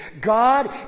God